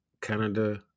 Canada